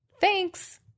Thanks